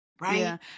right